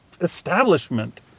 establishment